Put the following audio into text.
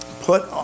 put